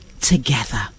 together